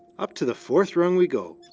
up to the fourth rung we go.